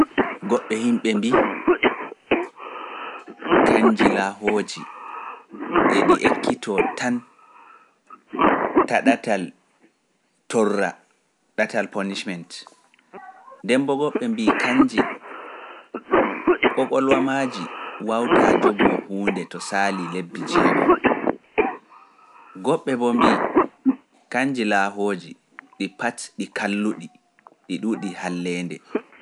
Goɓɓe himɓe mbii, kanji laahooji e ɗi ekkitoo tan taa ɗatal torra, ɗatal punishment. Nden mbo goɓɓe mbii kanji kokolwamaaji wawtaa jogoo huunde to saali lebbi jowego. Goɗɓe boo mbii, kanji laahooji ɗi pat ɗi kalluɗi, ɗi ɗuuɗi halleende.